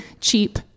cheap